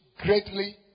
greatly